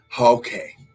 Okay